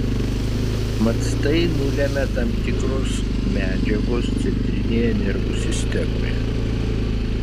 mat tai nulemia tam tikros medžiagos centrinėje nervų sistemoje